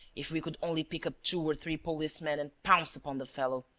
if we could only pick up two or three policemen and pounce upon the fellow!